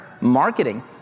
marketing